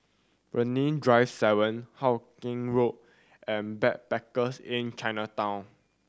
Brani Drive Seven Hawkinge Road and Backpackers Inn Chinatown